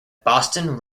boston